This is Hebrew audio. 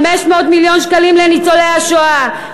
500 מיליון שקלים לניצולי השואה,